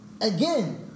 again